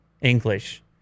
English